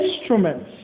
instruments